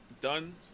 done